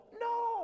No